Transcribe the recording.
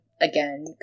again